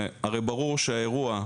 והרי ברור שהאירוע,